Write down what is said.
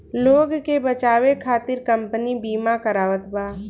लोग के बचावे खतिर कम्पनी बिमा करावत बा